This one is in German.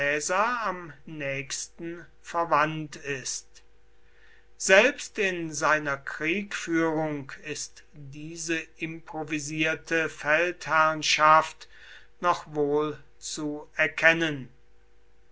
am nächsten verwandt ist selbst in seiner kriegführung ist diese improvisierte feldherrnschaft noch wohl zu erkennen